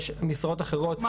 יש משרות אחרות,